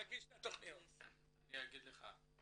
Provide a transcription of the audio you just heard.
אני אגיד לך.